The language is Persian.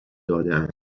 دادند